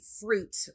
fruit